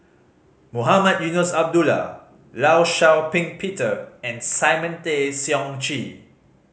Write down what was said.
Mohamed Eunos Abdullah Law Shau Ping Peter and Simon Tay Seong Chee